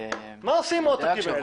מה עושים עם העותקים האלה?